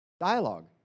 Dialogue